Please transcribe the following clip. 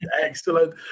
excellent